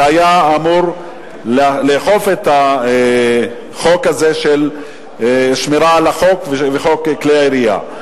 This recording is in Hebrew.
שהיה אמור לאכוף את החוק הזה של שמירה על החוק וחוק כלי ירייה.